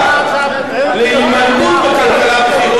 להימנעות מכלכלת בחירות, איפה הכסף?